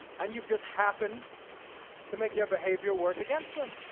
and you've just happened to make their behaviour work against them.